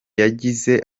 yagize